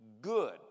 good